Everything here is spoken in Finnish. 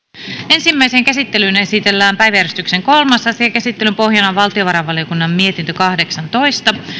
ensimmäiseen käsittelyyn esitellään päiväjärjestyksen kolmas asia käsittelyn pohjana on valtiovarainvaliokunnan mietintö kahdeksantoista